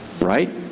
right